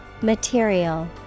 Material